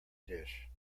dish